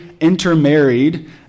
intermarried